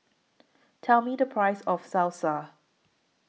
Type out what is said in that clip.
Tell Me The Price of Salsa